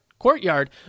courtyard